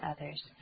others